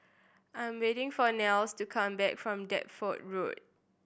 I'm waiting for Nels to come back from Deptford Road